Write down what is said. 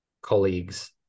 colleagues